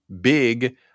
big